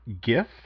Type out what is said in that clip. GIF